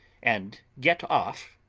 and get off?